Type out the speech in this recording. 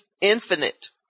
infinite